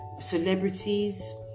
celebrities